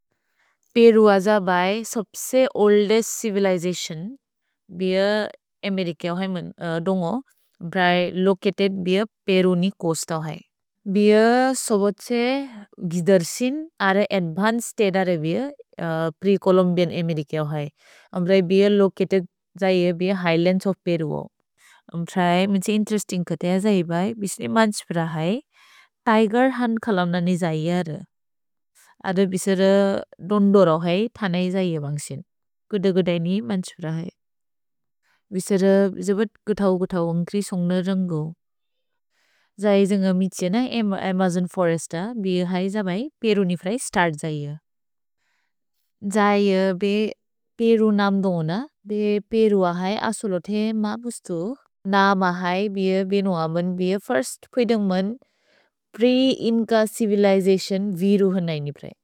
Peru अज बए सोप्से ओल्देस् चिविलिजतिओन् बिअ अमेरिकव् हएमन्, दोन्गो। भ्रए लोचतेद् बिअ पेरुनि कोस्तव् हए। भिअ सोबोचे गिदर्सिन् अर अद्वन्चेद् तेद र बिअ प्रे-छोलुम्बिअन् अमेरिकव् हए। अम्ब्रै बिअ लोचतेद् जये बिअ हिघ्लन्द्स् ओफ् पेरु वो। अम् त्रए, मेन्से इन्तेरेस्तिन्ग् कतेअ जहि बए, बिस्ने मन्छ् प्रए हए। तिगेर् हुन्त् खलम् नने जये अर। अद्र बिसेर दोन्दोरव् हए, थनै जये बन्ग्सिन्। गुद गुदनि मन्छ् प्रए हए। भिसेर जबत् गुथव् गुथव् अन्ग्क्रि सुन्ग्न रन्गु। जये जेन्ग मित्जेन अमजोन् फोरेस्त, बिअ हए जबए पेरुनिफ् रए स्तर्त् जये। जये बए पेरु नम्दो होन। भए पेरु अहए असोलोते मा बुस्तु। न मा है बिअ बिनुअमन् बिअ फिर्स्त् कुइदुन्ग्मन् प्रे-इन्च चिविलिजतिओन् विरु होन इनिब्रए।